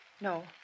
No